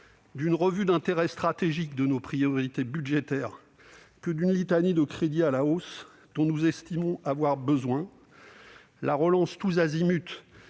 d'une revue d'intérêt stratégique de nos priorités budgétaires que d'une litanie de crédits à la hausse que nous estimons avoir besoin. La relance tous azimuts